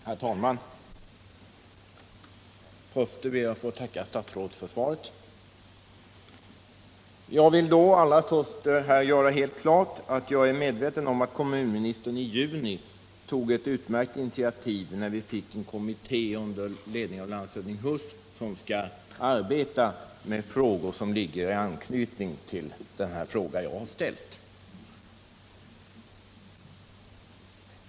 Herr talman! Jag ber att få tacka statsrådet för svaret. Jag vill allra först klargöra att jag är medveten om att kommunministern i juni tog ett utmärkt initiativ genom att tillsätta en kommitté under ledning av landshövding Huss som skall arbeta med frågor i anknytning till den enkla fråga jag har framställt.